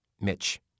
Mitch